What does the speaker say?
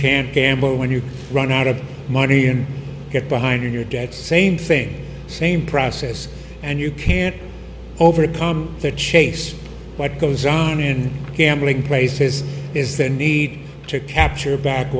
can't gamble when you run out of money and get behind in your debt same thing same process and you can't overcome the chase what goes on and gambling places is the need to capture back